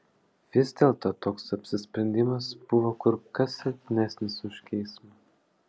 vis dėlto toks apsisprendimas buvo kur kas silpnesnis už geismą